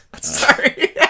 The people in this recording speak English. Sorry